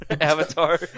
avatar